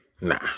nah